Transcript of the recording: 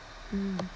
mm